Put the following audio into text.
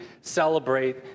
celebrate